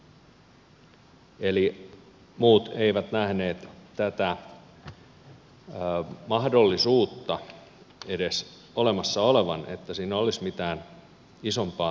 eli muut eivät nähneet tätä mahdollisuutta edes olemassa olevan että siinä olisi mitään isompaa taustalla